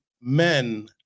men